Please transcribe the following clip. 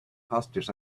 passengers